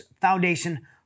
Foundation